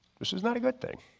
this is not a good thing.